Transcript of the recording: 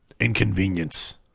Inconvenience